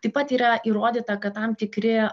taip pat yra įrodyta kad tam tikri